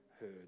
heard